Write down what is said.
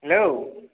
hello